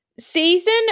Season